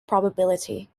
probability